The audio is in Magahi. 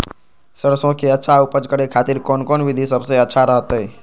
सरसों के अच्छा उपज करे खातिर कौन कौन विधि सबसे अच्छा रहतय?